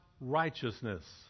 righteousness